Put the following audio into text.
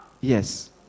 Yes